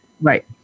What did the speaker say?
Right